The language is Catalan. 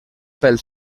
pel